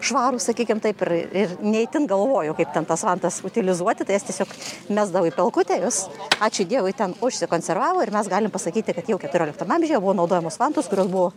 švarūs sakykim taip ir ir ne itin galvojo kaip ten tas vantas utilizuoti tai jas tiesiog mesdavo į pelkutę jos ačiū dievui ten užsikonservavo ir mes galim pasakyti kad jau keturioliktam amžiuje buvo naudojamos vantos kurios buvo